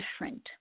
different